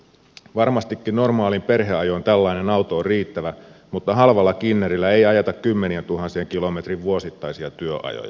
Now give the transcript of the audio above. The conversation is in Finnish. varmastikin normaaliin perheajoon tällainen auto on riittävä mutta halvalla kinnerillä ei ajeta kymmenientuhansien kilometrien vuosittaisia työajoja